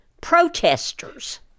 protesters